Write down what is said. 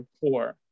four